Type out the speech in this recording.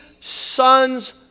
sons